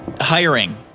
Hiring